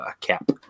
cap